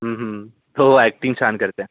हो अॅक्टिंग छान करते